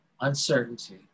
uncertainty